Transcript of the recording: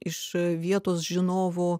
iš vietos žinovų